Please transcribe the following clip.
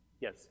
Yes